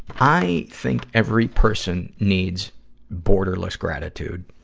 i think every person needs borderless gratitude.